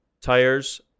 tires